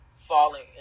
falling